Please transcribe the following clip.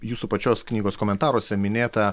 jūsų pačios knygos komentaruose minėtą